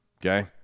okay